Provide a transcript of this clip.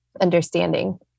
understanding